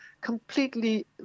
completely